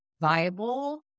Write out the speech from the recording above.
viable